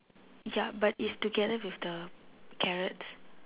ya but it's together with the carrots